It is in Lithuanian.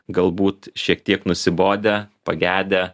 galbūt šiek tiek nusibodę pagedę